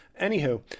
Anywho